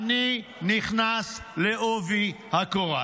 אני נכנס לעובי הקורה.